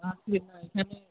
আসবে না এখানে